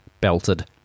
belted